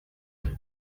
ari